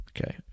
Okay